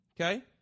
Okay